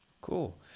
Cool